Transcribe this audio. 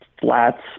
flats